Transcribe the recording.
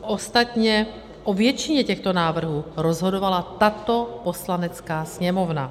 Ostatně o většině těchto návrhů rozhodovala tato Poslanecká sněmovna.